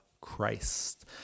Christ